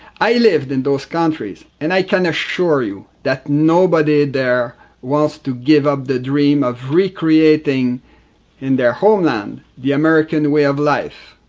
i lived in those countries and i can assure you that nobody there wants to give up the dream of recreating in their homeland the american way of life.